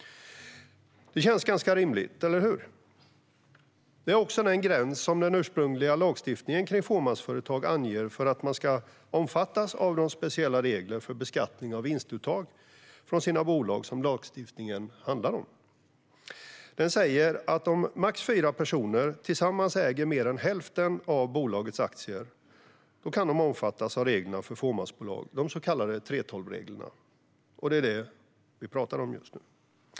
Det känns ganska rimligt, eller hur? Det är också den gräns som den ursprungliga lagstiftningen kring fåmansföretag anger för att man ska omfattas av de speciella reglerna för beskattning av vinstuttag från dessa bolag. Den säger att om max fyra personer tillsammans äger mer än hälften av bolagets aktier kan de omfattas av reglerna för fåmansbolag, de så kallade 3:12-reglerna. Det är dessa regler vi pratar om just nu.